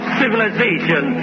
civilization